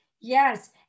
yes